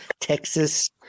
Texas